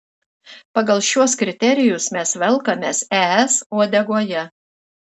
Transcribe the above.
pagal šiuos kriterijus mes velkamės es uodegoje